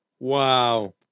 Wow